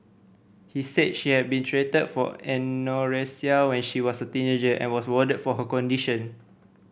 he said she had been treated for anorexia when she was a teenager and was warded for her condition